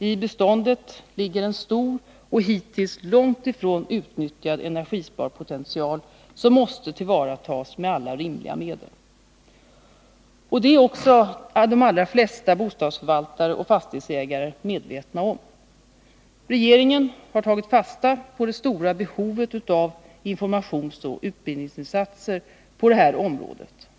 I beståndet ligger en stor och hittills långt ifrån utnyttjad energisparpotential, som måste tillvaratas med alla rimliga medel. Detta är också de allra flesta bostadsförvaltare och fastighetsägare - medvetna om. Regeringen har tagit fasta på det stora behovet av informationsoch utbildningsinsatser på detta område.